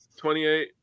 28